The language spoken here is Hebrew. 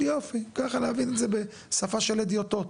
יופי, ככה להבין את זה בשפה של הדיוטות,